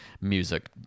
music